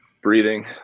Breathing